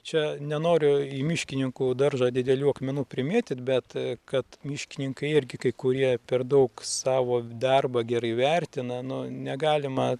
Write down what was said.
čia nenoriu į miškininkų daržą didelių akmenų primėtyt bet kad miškininkai irgi kai kurie per daug savo darbą gerai vertina nu negalima